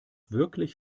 wirklich